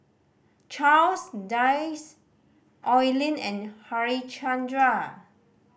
Charles Dyce Oi Lin and Harichandra